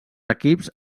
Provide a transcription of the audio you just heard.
equips